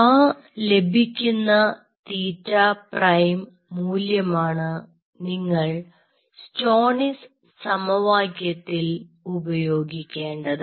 ആ ലഭിക്കുന്ന തീറ്റ പ്രൈം മൂല്യമാണ് നിങ്ങൾ സ്റ്റോണിസ് സമവാക്യത്തിൽ Stoney's equation ഉപയോഗിക്കേണ്ടത്